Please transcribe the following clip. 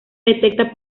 detecta